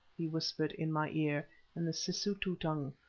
he whispered in my ear in the sisutu tongue,